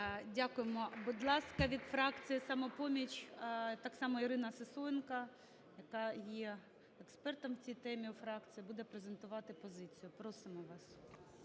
Дякуємо. Будь ласка, від фракції "Самопоміч" так само Ірина Сисоєнко, яка є експертом у цій темі у фракції, буде презентувати позицію. Просимо вас.